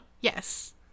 yes